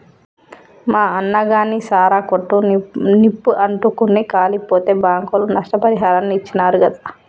మా అన్నగాని సారా కొట్టు నిప్పు అంటుకుని కాలిపోతే బాంకోళ్లు నష్టపరిహారాన్ని ఇచ్చినారు గాదా